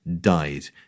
died